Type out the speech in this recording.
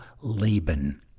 Laban